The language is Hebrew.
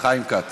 חיים כץ.